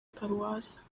paruwasi